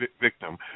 victim